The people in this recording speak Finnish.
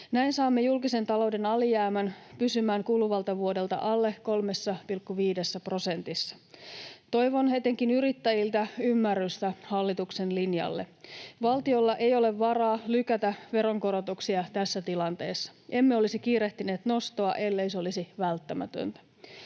Näin saamme julkisen talouden alijäämän pysymään kuluvalta vuodelta alle 3,5 prosentissa. Toivon etenkin yrittäjiltä ymmärrystä hallituksen linjalle. Valtiolla ei ole varaa lykätä veronkorotuksia tässä tilanteessa. Emme olisi kiirehtineet nostoa, ellei se olisi välttämätöntä.